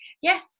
yes